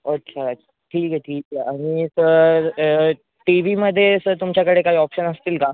अच्छा ठीक आहे ठीक आहे अजून इतर टी वीमध्ये सर तुमच्याकडे काही ऑप्शन असतील का